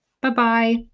Bye-bye